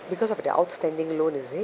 because of their outstanding loan is it